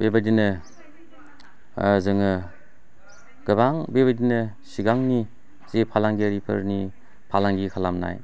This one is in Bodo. बेबायदिनो जोङो गोबां बेबायदिनो सिगांनि जि फालांगियारिफोरनि फालांगि खालामनाय